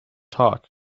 talk